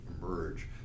emerge